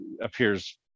appears